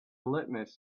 litmus